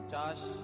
Josh